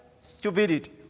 stupidity